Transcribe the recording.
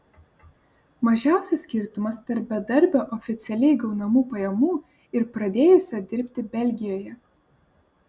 mažiausias skirtumas tarp bedarbio oficialiai gaunamų pajamų ir pradėjusio dirbti belgijoje